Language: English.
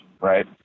right